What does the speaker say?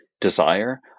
desire